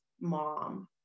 mom